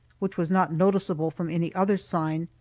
which was not noticeable from any other sign,